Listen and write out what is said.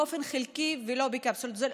באופן חלקי ולא בקפסולות?